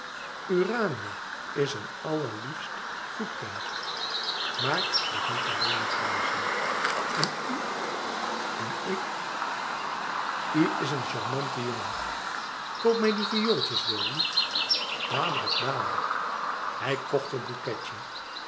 urania is een allerliefst goed kindje maar dat niet alleen moet reizen en u en ik u is een charmante jongen koop mij die viooltjes wil u dadelijk dadelijk hij kocht het boeketje